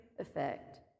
effect